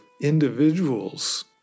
individuals